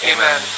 Amen